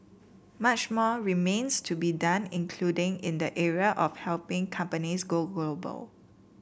much more remains to be done including in the area of helping companies go global